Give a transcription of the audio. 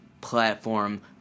platform